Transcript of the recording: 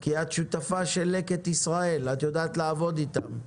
כי את שותפה של לקט ישראל, את יודעת לעבוד איתם.